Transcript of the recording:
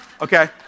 Okay